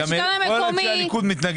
כל אנשי הליכוד מתנגדים לזה.